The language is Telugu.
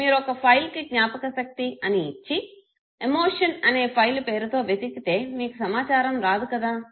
మీరు ఒక ఫైల్ కి జ్ఞాపకశక్తి అని ఇచ్చి ఎమోషన్ అనే ఫైల్ పేరుతో వెతికితే మీకు సమాచారం రాదు కదా